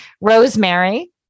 rosemary